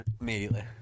immediately